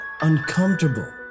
uncomfortable